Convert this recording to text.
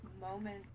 moment